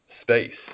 space